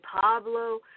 Pablo